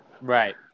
Right